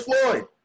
Floyd